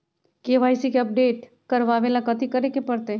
KYC के update करवावेला कथि करें के परतई?